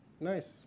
nice